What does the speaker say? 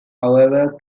however